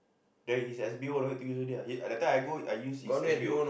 then his S_B_O no need to use already ah he~ that time I go I use his S_B_O